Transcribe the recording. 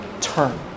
turn